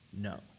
no